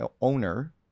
owner